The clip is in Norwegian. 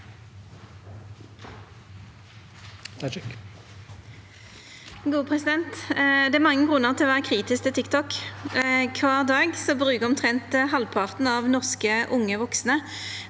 (A) Det er mange grunnar til å vera kritisk til TikTok. Kvar dag bruker omtrent halvparten av norske unge vaksne